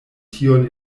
tiun